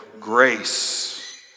grace